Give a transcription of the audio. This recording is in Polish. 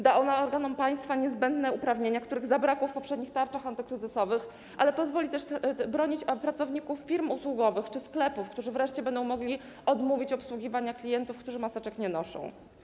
Da ona organom państwa niezbędne uprawnienia, których zabrakło w poprzednich tarczach antykryzysowych, ale pozwoli też bronić pracowników firm usługowych czy sklepów, którzy wreszcie będą mogli odmówić obsługiwania klientów, którzy maseczek nie noszą.